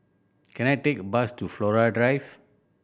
can I take a bus to Flora Drive